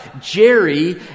Jerry